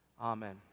amen